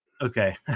okay